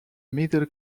middle